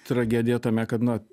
tragedija tame kad na